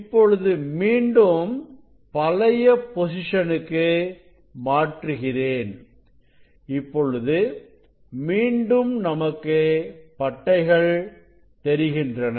இப்பொழுது மீண்டும் பழைய பொசிஷனுக்கு மாற்றுகிறேன் இப்போது மீண்டும் நமக்கு பட்டைகள் தெரிகின்றன